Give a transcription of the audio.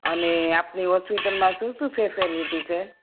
અને આપની હોસ્પિટલમાં શું શું ફેસિલિટી છે